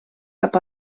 cap